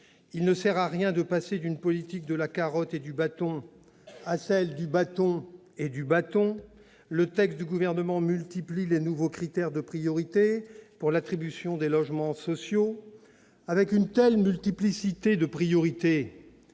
Il ne sert à rien de passer d'une politique de la carotte et du bâton à une politique du bâton et du bâton. Le texte du Gouvernement multiplie les nouveaux critères de priorité pour l'attribution des logements sociaux. Avec une telle multiplicité de priorités,